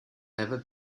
never